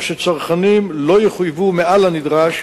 כך שצרכנים לא יחויבו מעל לנדרש